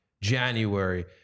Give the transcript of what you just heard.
January